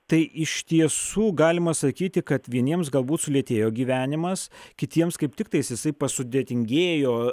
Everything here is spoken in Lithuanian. tai iš tiesų galima sakyti kad vieniems galbūt sulėtėjo gyvenimas kitiems kaip tiktais jisai pasudėtingėjo